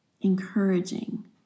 encouraging